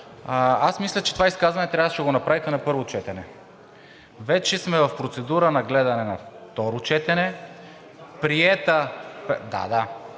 Аз мисля, че това изказване трябваше да го направите на първо четене. Вече сме в процедура на гледане на второ четене, приета... (Шум